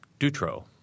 Dutro